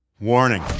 WARNING